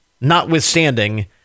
notwithstanding